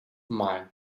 mine